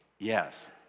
Yes